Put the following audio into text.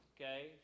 okay